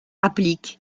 applique